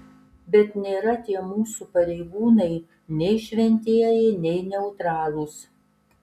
bet nėra tie mūsų pareigūnai nei šventieji nei neutralūs